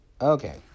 Okay